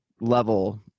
level